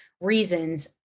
reasons